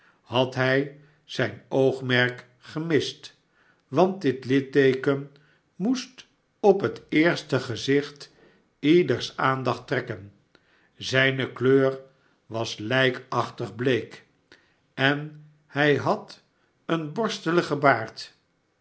had hij zijn oogmerk gemist want dit litteeken moest op het eerste gezicht ieders aandacht trekken zijne kleur was lijkachtig bleek en hij had een borsteligen baard